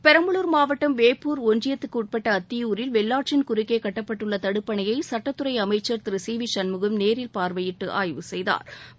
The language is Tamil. பெரம்பலூர் மாவட்டம் வேப்பூர் ஒன்றியத்திற்குட்பட்ட அத்தியூரில் வெள்ளாற்றின் குறுக்கே கட்டப்பட்டுள்ள தடுப்பணையை சட்டத்துறை அமைச்சள் திரு சி வி சண்முகம் நேரில் பார்வையிட்டு ஆய்வு செய்தாா்